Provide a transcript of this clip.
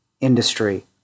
industry